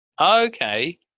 Okay